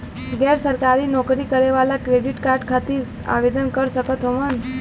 गैर सरकारी नौकरी करें वाला क्रेडिट कार्ड खातिर आवेदन कर सकत हवन?